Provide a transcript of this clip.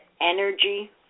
energy